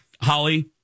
Holly